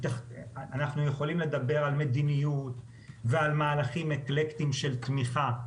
אנחנו יכולים לדבר על מדיניות ועל מהלכים אקלקטיים של תמיכה,